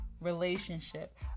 relationship